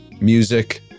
music